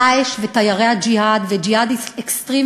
"דאעש" ו"תיירי הג'יהאד" ו"ג'יהאד אקסטרים"